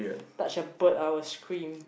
touch a bird I will scream